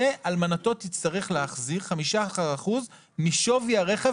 זה אלמנתו תצטרך להחזיר, 15% משווי הרכב